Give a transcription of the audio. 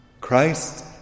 Christ